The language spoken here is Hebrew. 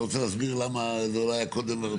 אתה רוצה להסביר למה זה לא היה קודם?